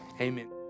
Amen